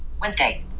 Wednesday